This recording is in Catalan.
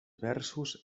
versos